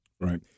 Right